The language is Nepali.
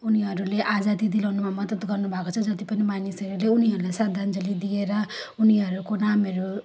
उनीहरूले आजादी दिलाउनुमा मदत गर्नुभएको छ जति पनि मानिसहरूले उनीहरूले श्रद्धान्जली दिएर उनीहरूको नामहरू